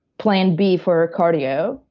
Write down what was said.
plan b for cardio,